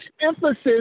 emphasis